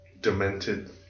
Demented